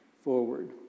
forward